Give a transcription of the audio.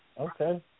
okay